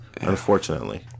unfortunately